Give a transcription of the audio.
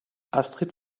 astrid